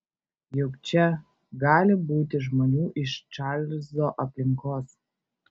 juk čia gali būti žmonių iš čarlzo aplinkos